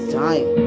time